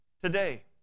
today